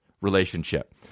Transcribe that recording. relationship